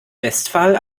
westphal